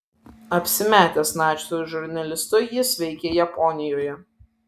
apsimetęs nacių žurnalistu jis veikė japonijoje